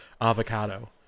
Avocado